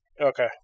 Okay